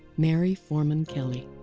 mary foreman kelly.